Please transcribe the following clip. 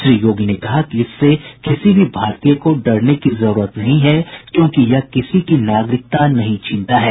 श्री योगी ने कहा कि इससे किसी भी भारतीय को डरने की जरूरत नहीं है क्योंकि यह किसी की नागरिकता नहीं छीनता है